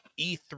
E3